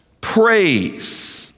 praise